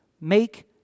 make